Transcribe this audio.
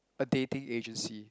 a dating agency